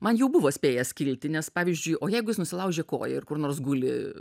man jau buvo spėjęs kilti nes pavyzdžiui o jeigu jis nusilaužė koją ir kur nors guli